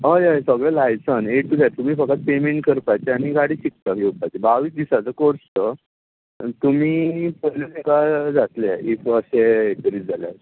हय हय सगळे लायसंन तुमी फकत पेमेंट करपाचे आनी गाडी शिकपाक येवपाचे बावीस दिसांचो कोर्स तो तुमी पयलू तुमका जातले एक अशें हें करीत जाल्यार